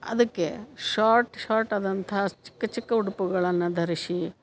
ಅದಕ್ಕೆ short short ಆದಂತಹ ಚಿಕ್ಕ ಚಿಕ್ಕ ಉಡುಪುಗಳನ್ನು ಧರಿಸಿ